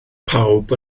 pawb